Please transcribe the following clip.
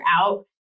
out